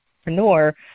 entrepreneur